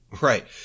Right